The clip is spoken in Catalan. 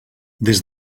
des